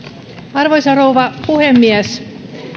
arvoisa rouva puhemies